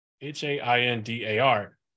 h-a-i-n-d-a-r